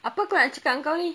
apa aku nak cakap dengan kau ni